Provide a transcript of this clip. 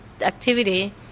activity